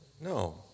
no